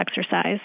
exercise